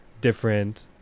different